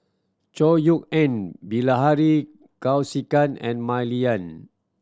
Chor Yeok Eng Bilahari Kausikan and Mah Lian